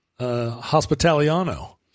hospitaliano